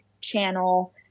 channel